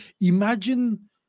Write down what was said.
Imagine